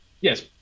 yes